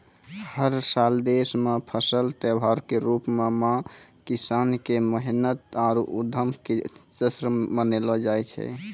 हर साल देश मॅ फसल त्योहार के रूप मॅ किसान के मेहनत आरो उद्यम के जश्न मनैलो जाय छै